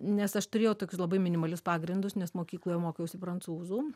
nes aš turėjau tokius labai minimalius pagrindus nes mokykloje mokiausi prancūzų